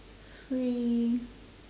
free